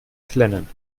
flennen